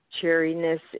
cheeriness